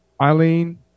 Eileen